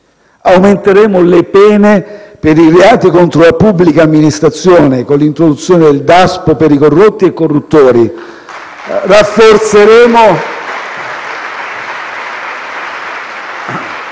Aumenteremo le pene per i reati contro la pubblica amministrazione con l'introduzione del Daspo per i corrotti e corruttori. *(Applausi